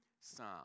psalm